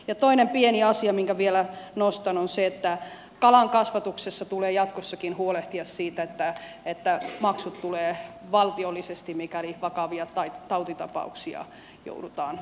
ja toinen pieni asia minkä vielä nostan on se että kalankasvatuksessa tulee jatkossakin huolehtia siitä että maksut tulevat valtiollisesti mikäli vakavia tautitapauksia joudutaan saneeraamaan